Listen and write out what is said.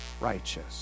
righteous